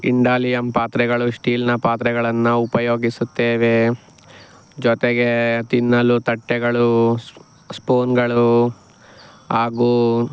ಇಂಡಾಲಿಯಮ್ ಪಾತ್ರೆಗಳು ಶ್ಟೀಲ್ನ ಪಾತ್ರೆಗಳನ್ನು ಉಪಯೋಗಿಸುತ್ತೇವೆ ಜೊತೆಗೆ ತಿನ್ನಲು ತಟ್ಟೆಗಳು ಸ್ಪೂನ್ಗಳು ಹಾಗೂ